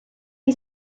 que